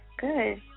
Good